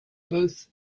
both